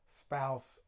spouse